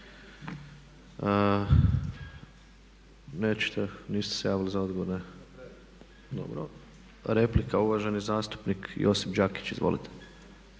Nećete, niste se javili za riječ? Replika uvaženi zastupnik Josip Đakić. Izvolite.